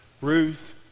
Ruth